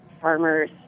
farmers